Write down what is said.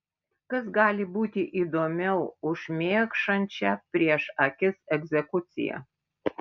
kas gali būti įdomiau už šmėkšančią prieš akis egzekuciją